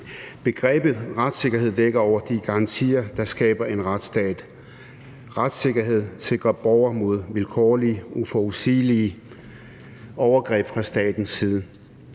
Begrebet retssikkerhed dækker over de garantier, der skaber en retsstat. Retssikkerhed sikrer borgere mod vilkårlige, uforudsigelige overgreb fra statens side.